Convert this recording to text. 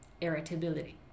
irritability